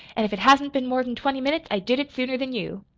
and if it hasn't been more than twenty minutes, i did it sooner than you!